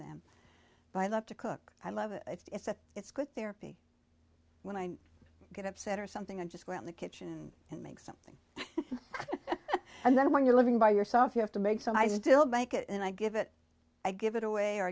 them but i love to cook i love it it's a it's good therapy when i get upset or something and just go in the kitchen and make something and then when you're living by yourself you have to make it so i still bank it and i give it i give it away